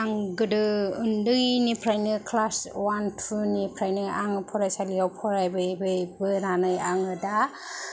आं गोदो उन्दैनिफ्राइनो क्लास वान टु निफ्रायनो आं फरायसालियाव फरायबोयै बोयै बोनानै आङो दा